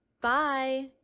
Bye